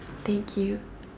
thank you